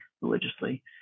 religiously